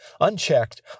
unchecked